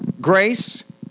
Grace